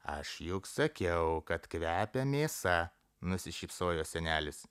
aš juk sakiau kad kvepia mėsa nusišypsojo senelis